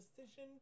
decision